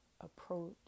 approach